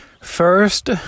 first